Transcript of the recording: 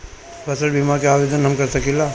फसल बीमा के आवेदन हम कर सकिला?